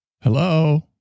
Hello